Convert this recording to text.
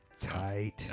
tight